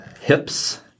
Hips